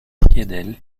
friedel